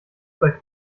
bei